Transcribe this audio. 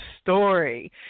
story